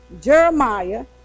Jeremiah